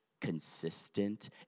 consistent